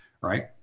right